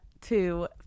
two